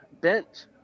bent